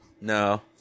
No